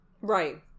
Right